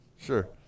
Sure